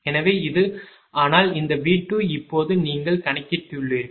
எனவே இது ஆனால் இந்த V2 இப்போது நீங்கள் கணக்கிட்டுள்ளீர்கள்